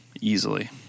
easily